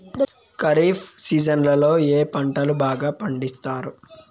ఖరీఫ్ సీజన్లలో ఏ పంటలు బాగా పండిస్తారు